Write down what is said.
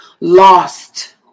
lost